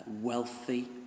wealthy